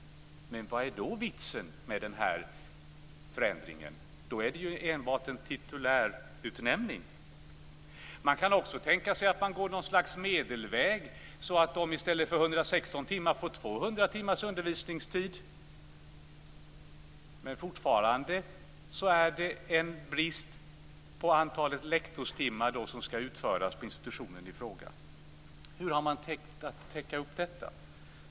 Men vad är då vitsen med förändringen? Då blir det enbart en titulär utnämning. Man kan också tänka sig något slags medelväg, så att de i stället för 116 timmars undervisningstid får 200. Men institutionerna har då fortfarande brist på lektorstimmar. Hur har man tänkt att täcka upp detta?